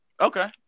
Okay